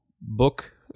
book